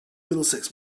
middlesex